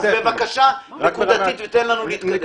בבקשה, נקודתית, ותן לנו להתקדם.